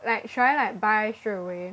like should I like buy straight away